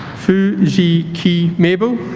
foo zhi qi mabel